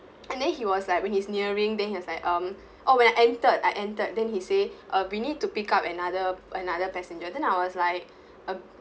and then he was like when he's nearing then we was like um or when I entered I entered then he say uh we need to pick up another another passenger then I was like a bit